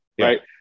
right